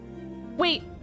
Wait